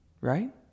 right